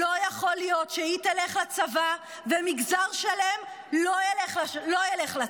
לא יכול להיות שהיא תלך לצבא ומגזר שלם לא ילך לצבא.